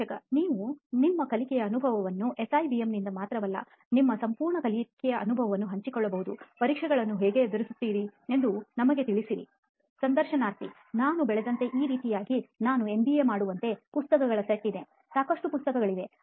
ಸಂದರ್ಶಕ ನೀವು ನಿಮ್ಮ ಕಲಿಕೆಯ ಅನುಭವವನ್ನು ಎಸ್ಐಬಿಎಂ ನಿಂದ ಮಾತ್ರವಲ್ಲ ನಿಮ್ಮ ಸಂಪೂರ್ಣ ಕಲಿಕೆಯ ಅನುಭವ ವನ್ನು ಹಂಚಿಕೊಳ್ಳಬಹುದು ಪರೀಕ್ಷೆಗಳನ್ನು ಹೇಗೆ ಎದುರಿಸುತ್ತೀರಿ ಎಂದು ನಮಗೆ ತಿಳಿಸಿರಿ ಸಂದರ್ಶನಾರ್ಥಿ ನಾನು ಬೆಳೆದಂತೆ ಈ ರೀತಿಯಾಗಿ ನಾವು ಎಂಬಿಎ ಮಾಡುವಂತೆ ಪುಸ್ತಕಗಳ ಸೆಟ್ ಇದೆ ಸಾಕಷ್ಟು ಪುಸ್ತಕಗಳಿವೆ